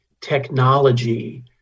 technology